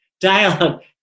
Dialogue